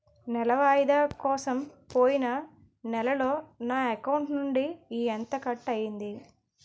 నెల వాయిదా కోసం పోయిన నెలలో నా అకౌంట్ నుండి ఎంత కట్ అయ్యింది?